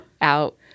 Out